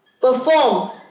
perform